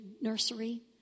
nursery